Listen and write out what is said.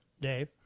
Dave